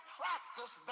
practice